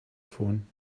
phone